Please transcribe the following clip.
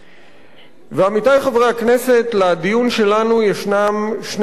עמיתי חברי הכנסת, לדיון שלנו יש שני ממדים.